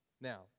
Now